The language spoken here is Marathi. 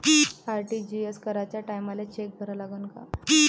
आर.टी.जी.एस कराच्या टायमाले चेक भरा लागन का?